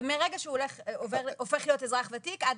זה מרגע שהוא הופך להיות אזרח ותיק עד